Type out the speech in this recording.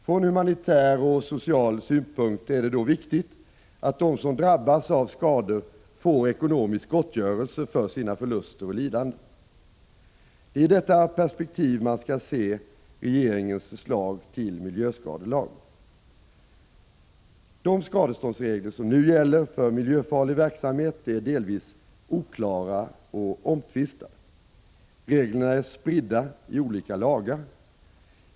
Från humanitär och social synpunkt är det då viktigt att de som drabbas av skador får ekonomisk gottgörelse för sina förluster och lidanden. Det är i detta perspektiv man skall se regeringens förslag till miljöskadelag. De skadeståndsregler som nu gäller för miljöfarlig verksamhet är delvis oklara och omtvistade. Reglerna är spridda i olika lagar.